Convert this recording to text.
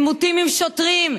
עימותים עם שוטרים,